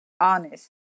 honest